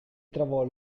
trovò